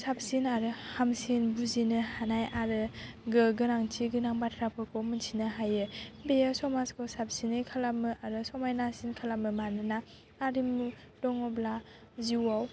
साबसिन आरो हामसिन बुजिनो हानाय आरो गोहो गोनांथि गोनां बाथ्राफोरखौ मिथिनो हायो बियो समाजखौ साबसिन खालामो आरो समायनासिन खालामो मानोना आरिमु दङब्ला जिउआव